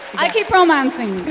i keep romancing.